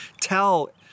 tell